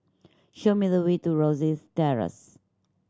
show me the way to Rosyth Terrace